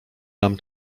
nam